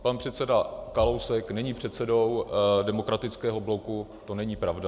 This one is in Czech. Pan předseda Kalousek není předsedou Demokratického bloku, to není pravda.